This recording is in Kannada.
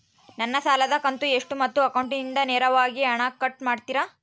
ನನ್ನ ಸಾಲದ ಕಂತು ಎಷ್ಟು ಮತ್ತು ಅಕೌಂಟಿಂದ ನೇರವಾಗಿ ಹಣ ಕಟ್ ಮಾಡ್ತಿರಾ?